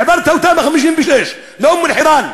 העברת אותם ב-1956 לאום-אלחיראן.